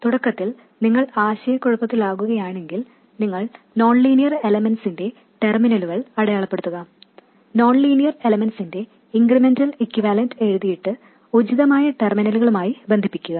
തുടക്കത്തിൽ നിങ്ങൾ ആശയക്കുഴപ്പത്തിലാകുകയാണെങ്കിൽ നിങ്ങൾ നോൺ ലീനിയർ എലമെൻറ്സിന്റെ ടെർമിനലുകൾ അടയാളപ്പെടുത്തുക നോൺ ലീനിയർ എലമെൻറിന്റെ ഇൻക്രിമെന്റൽ ഇക്യൂവാലെൻറ് എഴുതിയിട്ട് ഉചിതമായ ടെർമിനലുകളുമായി ബന്ധിപ്പിക്കുക